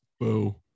Boo